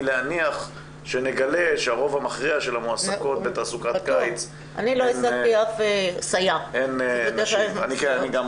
להניח שנגלה שהרוב המכריע של המועסקות בתעסוקת קיץ הן נשים.